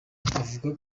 avuga